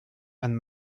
and